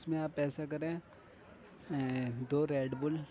اس میں آپ ایسا کریں دو ریڈ بل